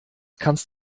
kannst